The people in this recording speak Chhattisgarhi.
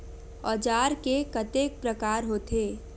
औजार के कतेक प्रकार होथे?